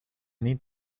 need